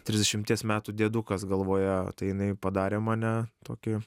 trisdešimties metų diedukas galvoje tai jinai padarė mane tokį